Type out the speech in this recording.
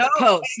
No